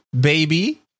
baby